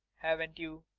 haven't you.